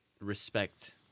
respect